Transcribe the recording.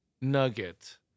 nugget